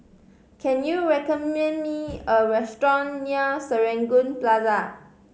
can you recommend me a restaurant near Serangoon Plaza